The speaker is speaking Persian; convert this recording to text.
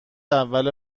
اول